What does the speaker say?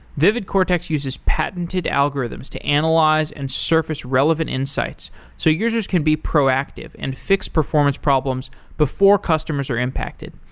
vividcortex uses patented algorithms to analyze and surface relevant insights so users can be proactive and fix performance problems before customers are impacted.